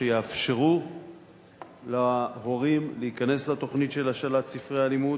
שיאפשרו להורים להיכנס לתוכנית של השאלת ספרי הלימוד,